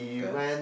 then